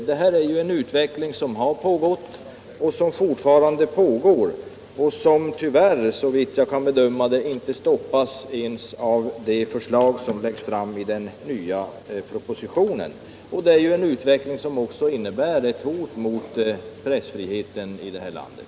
Detta är ju en utveckling som har pågått och som fortfarande pågår och som tyvärr, såvitt jag kan bedöma, inte stoppas ens av det förslag som läggs fram i den nya propositionen. Det är också en utveckling som innebär ett hot mot pressfriheten i det här landet.